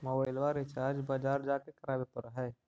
मोबाइलवा रिचार्ज बजार जा के करावे पर है?